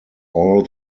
all